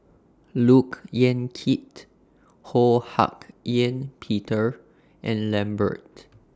Look Yan Kit Ho Hak Ean Peter and Lambert